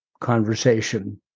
conversation